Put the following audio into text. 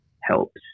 helps